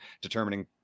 determining